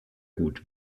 gut